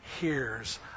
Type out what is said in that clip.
hears